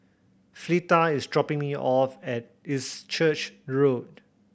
Fleeta is dropping me off at East Church Road